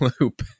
loop